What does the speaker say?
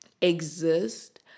exist